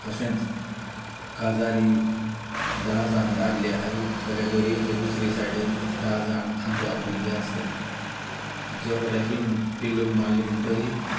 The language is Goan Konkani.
तशेंच काजारी धा जाण दादले आहाय जाल्यार दोरयेचेर दुसरे सायडीन धा जाण आंकवार भुरगीं आसताय जो रेफ्रीन पिल्लूक मारले म्हणटरी